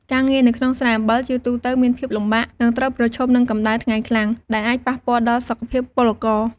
ការងារនៅក្នុងស្រែអំបិលជាទូទៅមានភាពលំបាក និងត្រូវប្រឈមនឹងកម្ដៅថ្ងៃខ្លាំង ដែលអាចប៉ះពាល់ដល់សុខភាពកម្មករ។